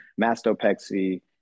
mastopexy